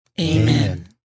Amen